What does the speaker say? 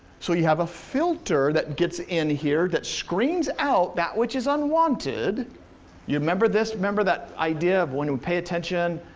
so you have a filter that gets in here that screens out that which is unwanted you remember this? remember that idea of when you pay attention,